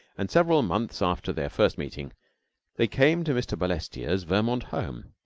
and several months after their first meeting they came to mr. balestier's vermont home,